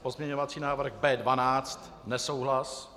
Pozměňovací návrh B12 nesouhlas.